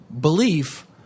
belief